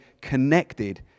connected